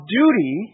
duty